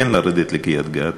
כן לרדת לקריית-גת